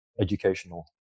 educational